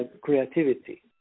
creativity